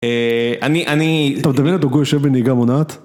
אה... אני... אני... -אתה מדמיין את דוגו יושב בנהיגה מונעת?